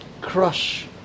crush